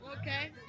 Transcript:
Okay